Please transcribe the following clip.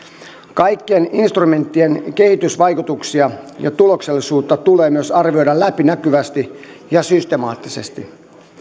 kaikkien instrumenttien kehitysvaikutuksia ja tuloksellisuutta tulee myös arvioida läpinäkyvästi ja systemaattisesti